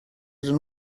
ydyn